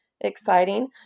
exciting